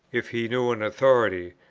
if he knew an authority,